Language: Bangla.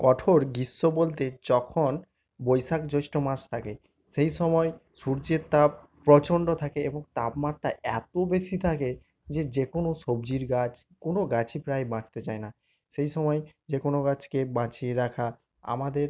কঠোর গ্রীষ্ম বলতে যখন বৈশাখ জ্যৈষ্ট মাস থাকে সেই সময় সূর্যের তাপ প্রচণ্ড থাকে এবং তাপমাত্রা এতো বেশি থাকে যে যে কোনো সবজির গাছ কোনো গাছই প্রায় বাঁচতে চায় না সেই সময় যে কোনো গাছকে বাঁচিয়ে রাখা আমাদের